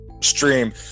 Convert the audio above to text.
stream